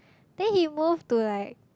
then he moved to like